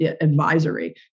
advisory